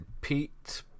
Pete